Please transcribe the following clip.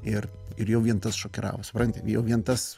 ir ir jau vien tas šokiravo supranti jau vien tas